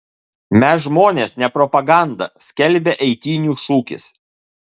mes žmonės ne propaganda skelbia eitynių šūkis